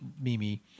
Mimi